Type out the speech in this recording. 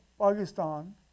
Pakistan